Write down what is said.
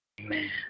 Amen